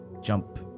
jump